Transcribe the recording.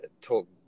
talk